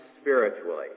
spiritually